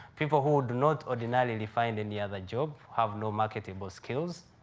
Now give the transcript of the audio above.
people who would not ordinarily find any other job, have no marketable skills.